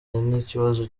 n’ikibazo